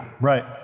Right